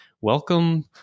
Welcome